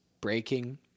breaking